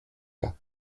pas